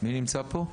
מי נמצא פה?